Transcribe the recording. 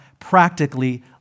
Practically